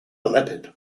leopard